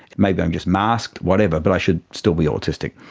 maybe i am just masked, whatever, but i should still be autistic.